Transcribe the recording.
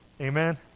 Amen